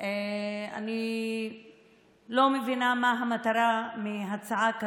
אני לא מבינה מה המטרה של הצעה כזו.